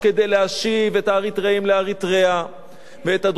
ואת הדרום-סודנים לדרום-סודן ואת הצפון-סודנים לצפון סודן,